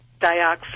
dioxin